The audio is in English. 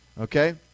okay